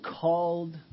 called